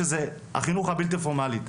שזה החינוך הבלתי פורמלי,